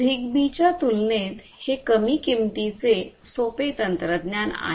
Zigbee च्या तुलनेत हे कमी किमतीचे सोपे तंत्रज्ञान आहे